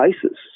places